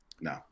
no